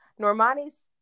Normani's